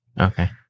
Okay